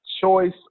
Choice